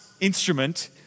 instrument